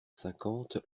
cinquante